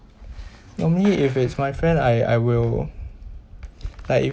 normally if it's my friend I I will like if